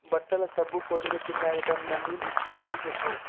బట్టల సబ్బు పొడులు కింద ఐటెంలన్నీ లిస్టు చేసి చెప్పు